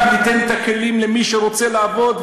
אני אדאג ואתן את הכלים למי שרוצה לעבוד,